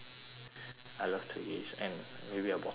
I love twiggies and maybe a bottle of green tea